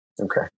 Okay